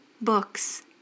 books